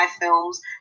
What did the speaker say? films